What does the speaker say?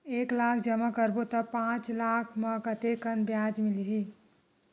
एक लाख जमा करबो त पांच साल म कतेकन ब्याज मिलही?